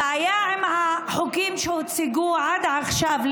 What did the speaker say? הבעיה עם החוקים שהוצגו עד עכשיו,